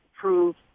prove